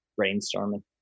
Brainstorming